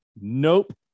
nope